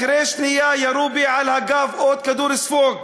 אחרי שנייה ירו בי על הגב עוד כדור ספוג.